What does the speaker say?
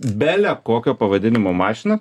belekokio pavadinimo mašina